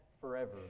forever